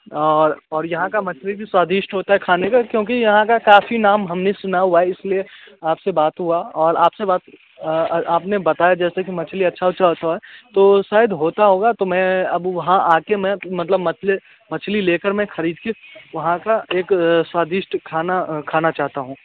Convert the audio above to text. और और यहाँ की मछली भी स्वादिष्ट होती है खाने में और क्योंकि यहाँ का काफ़ी नाम हम ने सुना हुआ है इस लिए आप से बात हुआ और आप से बात और आपने बताया जैसे कि मछली अच्छी अच्छी होती है तो शायद होता होगा तो मैं अब वहाँ आ कर मैं मतलब मछले मछली ले कर मैं ख़रीद के वहाँ का एक स्वादिष्ट खाना खाना चाहता हूँ